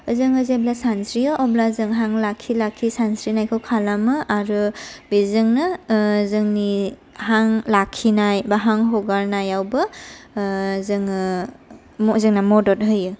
जोंङो जेब्ला सानस्रियो अब्ला जों हां लाखि लाखि सानस्रिनायखौ खालामो आरो बेजोंनो जोंनि हां लाखिनाय बा हां हगारनायावबो जोंङो जोंनो मदद होयो